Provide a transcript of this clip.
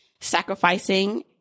sacrificing